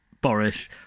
Boris